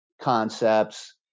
concepts